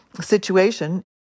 situation